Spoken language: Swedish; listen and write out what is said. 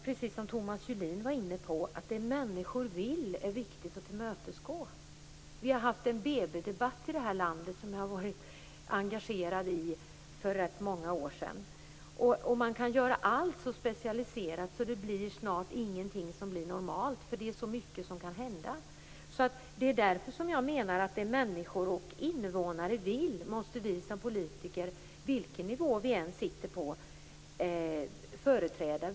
Precis som Thomas Julin sade är det viktigt att tillmötesgå människors önskemål. För rätt många år sedan hade vi en BB-debatt i landet som jag var engagerad i. Allt kan specialiseras så att snart ingenting är normalt. Det är så mycket som kan hända. Vi politiker - vilken nivå vi än sitter på - måste företräda människors vilja.